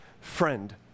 friend